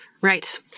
Right